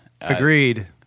Agreed